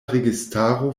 registaro